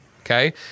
okay